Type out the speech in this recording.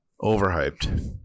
overhyped